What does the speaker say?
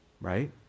right